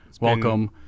Welcome